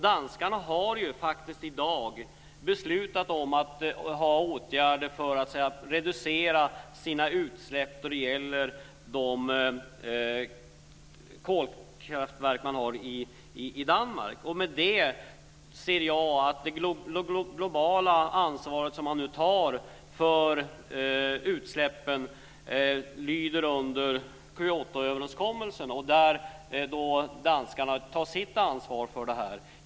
Danskarna har faktiskt i dag beslutat om åtgärder för att reducera sina utsläpp då det gäller de kolkraftverk man har i Danmark. Med det ser jag att det globala ansvar som man nu tar för utsläppen lyder under Kyotoöverenskommelsen. Där tar danskarna sitt ansvar för det här.